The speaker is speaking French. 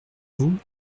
vous